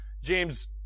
James